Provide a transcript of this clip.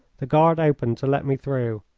the guard opened to let me through.